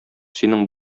синең